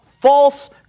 false